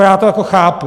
Já to jako chápu.